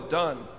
done